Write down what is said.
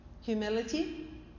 Humility